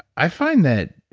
i find that